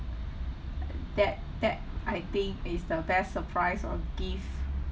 that that I think is the best surprise or gift